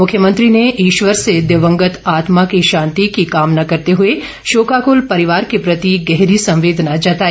मुख्यमंत्री ने ईश्वर से दिवंगत आत्मा की शांति की कामना करते हुए शोकाकुल परिवार के प्रति गहरी संवेदना जताई